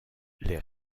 les